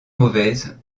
mauvaise